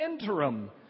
interim